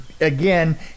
again